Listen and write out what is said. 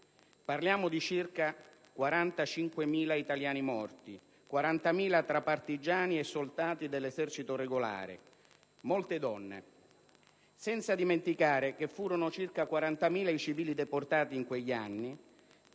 Parliamo di circa 45.000 italiani morti, 40.000 tra partigiani e soldati dell'esercito regolare, molte donne. Senza dimenticare che furono circa 40.000 i civili deportati in quegli anni,